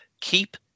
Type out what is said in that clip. keep